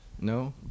No